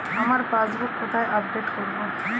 আমার পাসবুক কোথায় আপডেট করব?